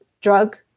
drug